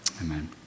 Amen